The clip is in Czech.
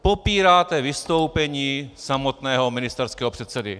Popíráte vystoupení samotného ministerského předsedy.